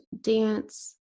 dance